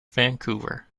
vancouver